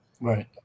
Right